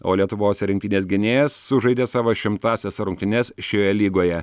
o lietuvos rinktinės gynėjas sužaidė savo šimtąsias rungtynes šioje lygoje